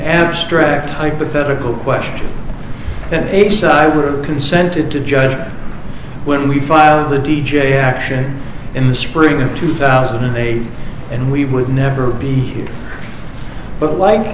abstract hypothetical question consented to judge when we finally d j action in the spring of two thousand and eight and we would never be but like